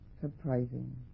surprising